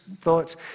thoughts